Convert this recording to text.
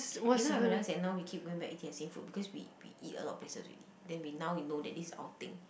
you know I realise now we keep going back eating the same food because we we eat a lot of places already then we now we know that this is our thing